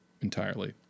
entirely